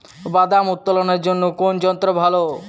বাদাম উত্তোলনের জন্য কোন যন্ত্র ভালো?